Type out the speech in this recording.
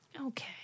Okay